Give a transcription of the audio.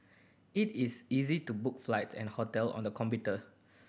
it is easy to book flights and hotel on the computer